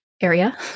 area